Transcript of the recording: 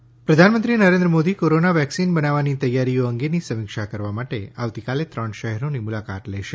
vaccine પ્રધાનમંત્રી Narendra Modi corona vaccine બનાવવાની તૈયારીઓ અંગેની સમીક્ષા કરવા માટે આવતીકાલે ત્રણ શહેરોની મુલકાત લેશે